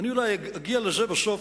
אולי אגיע לזה בסוף,